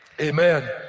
Amen